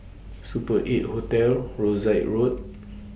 Super eight Hotel Rosyth Road